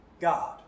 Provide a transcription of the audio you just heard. God